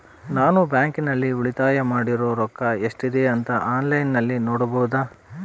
ನಾನು ಬ್ಯಾಂಕಿನಲ್ಲಿ ಉಳಿತಾಯ ಮಾಡಿರೋ ರೊಕ್ಕ ಎಷ್ಟಿದೆ ಅಂತಾ ಆನ್ಲೈನಿನಲ್ಲಿ ನೋಡಬಹುದಾ?